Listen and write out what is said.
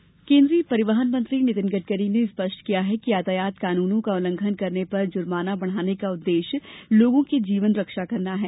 गडकरी केन्द्रीय परिवहन मंत्री नितिन गडकरी ने स्पष्ट किया है कि यातायात कानूनों का उल्लंघन करने पर जुर्माना बढ़ाने का उद्देश्य लोगों की जीवन रक्षा करना है